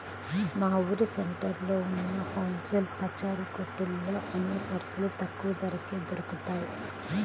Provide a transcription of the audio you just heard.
మా ఊరు సెంటర్లో ఉన్న హోల్ సేల్ పచారీ కొట్టులో అన్ని సరుకులు తక్కువ ధరకే దొరుకుతయ్